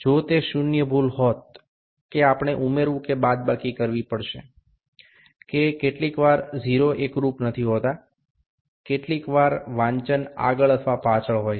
જો તે શૂન્ય ભૂલ હોત કે આપણે ઉમેરવું કે બાદબાકી કરવી પડશે કે કેટલીક વાર 0 એકરુપ નથી હોતા કેટલીક વાર વાંચન આગળ અથવા પાછળ હોય છે